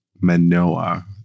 Manoa